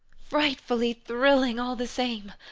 frightfully thrilling all the same.